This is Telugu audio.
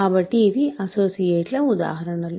కాబట్టి ఇవి అసోసియేట్ల ఉదాహరణలు